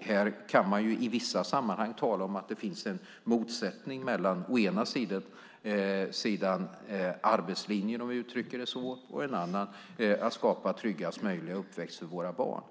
Här kan man i vissa sammanhang tala om att det finns en motsättning mellan å ena sidan arbetslinjen, om vi uttrycker det så, och att skapa tryggast möjliga uppväxt för våra barn.